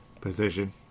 position